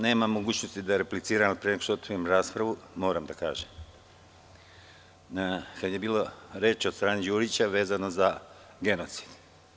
Nemam mogućnosti da repliciram, ali pre nego što otvorim raspravu moram da kažem, kad je bilo reči od strane Đurića vezano za genocid.